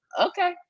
Okay